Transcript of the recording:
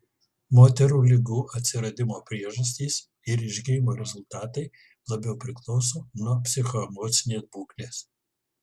moterų ligų atsiradimo priežastys ir išgijimo rezultatai labiau priklauso nuo psichoemocinės būklės